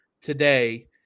today